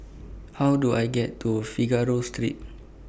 How Do I get to Figaro Street